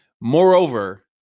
Moreover